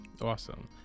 awesome